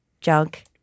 junk